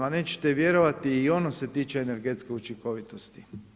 A nećete vjerovati i ono se tiče energetske učinkovitosti.